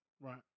Right